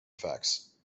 effects